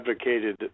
advocated